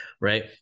right